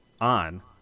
on